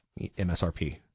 MSRP